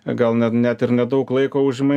gal net net ir nedaug laiko užima